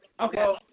okay